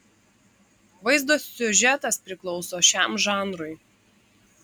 vaizdo siužetas priklauso šiam žanrui